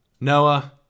noah